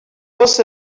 was